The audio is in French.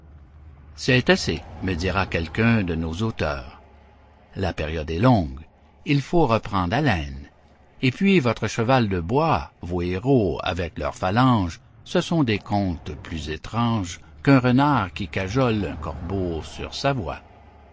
c'est assez me dira quelqu'un de nos auteurs la période est longue il faut reprendre haleine et puis votre cheval de bois vos héros avec leurs phalanges ce sont des contes plus étranges qu'un renard qui cajole un corbeau sur sa voix